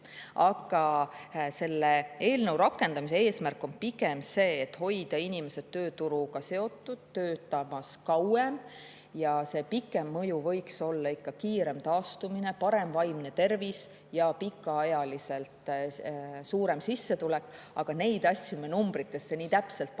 Aga selle eelnõu rakendamise eesmärk on pigem see, et hoida inimesed tööturuga seotud, kauem töötamas. Ja see pikem mõju võiks olla kiirem taastumine, parem vaimne tervis ja pikaajaliselt suurem sissetulek. Aga neid asju me numbritesse täpselt panna ei